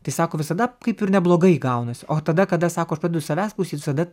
tai sako visada kaip ir neblogai gaunasi o tada kada sako aš pradedu savęs klausyt visada